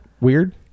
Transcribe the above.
weird